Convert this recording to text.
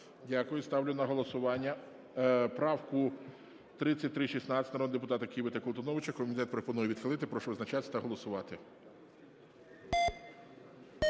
Дякую. Ставлю на голосування правку 3324 народного депутати Киви та Колтуновича. Комітет пропонує відхилити. Прошу визначатись та голосувати.